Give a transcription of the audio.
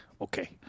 Okay